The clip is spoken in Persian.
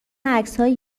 عکسهای